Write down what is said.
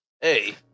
Hey